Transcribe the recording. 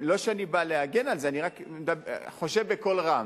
לא שאני בא להגן על זה, אני רק חושב בקול רם: